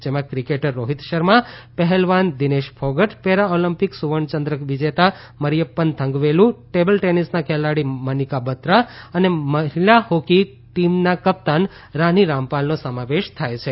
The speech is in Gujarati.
જેમાં ક્રિકેટર રોહિત શર્મા પહેલવાન વિનેશ ફોગટ પેરા ઓલમ્પિક સુવર્ણ ચંદ્રક વિજેતા મરીયપ્પન થંગવેલુ ટેબલ ટેનીસના ખેલાડી મનિકા બત્રા અને મહિલા હોકી ટીમના કપ્તાન રાની રામપાલનો સમાવેશ થાય છે